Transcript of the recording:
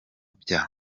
bya